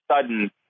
sudden